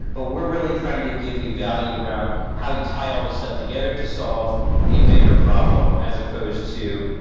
but we're really trying to give you value around how you tie all these stuff together to solve a bigger problem as supposed to,